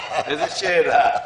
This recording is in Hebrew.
איזו שאלה...